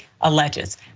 alleges